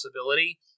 possibility